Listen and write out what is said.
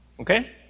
Okay